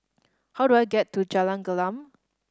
how do I get to Jalan Gelam